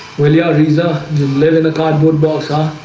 well your visa you live in a cardboard box, ah,